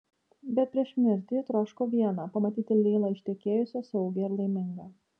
bet prieš mirtį ji troško viena pamatyti leilą ištekėjusią saugią ir laimingą